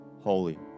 holy